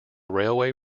railway